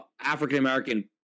African-American